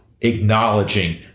acknowledging